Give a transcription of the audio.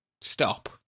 stop